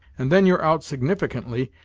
and then you're out significantly,